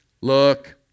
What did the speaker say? look